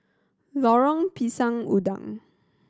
Lorong Pisang Udang